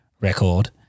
record